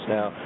Now